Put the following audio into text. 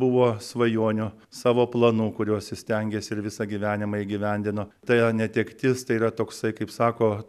buvo svajonių savo planų kuriuos jis stengėsi ir visą gyvenimą įgyvendino tai jo netektis tai yra toksai kaip sako